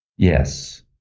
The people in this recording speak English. Yes